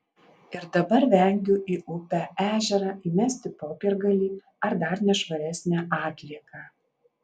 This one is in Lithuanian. ir dabar vengiu į upę ežerą įmesti popiergalį ar dar nešvaresnę atlieką